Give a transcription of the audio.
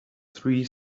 three